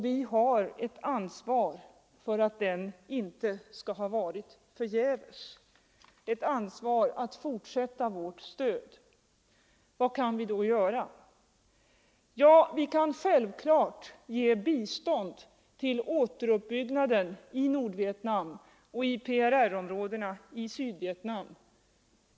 Vi har ett ansvar för att den inte skall ha varit förgäves, ett ansvar för att fortsätta vårt stöd. Vad kan vi då göra? Ja, vi kan självklart ge bistånd till återuppbyggnaden i Nordvietnam och i PRR-områdena i Sydvietnam.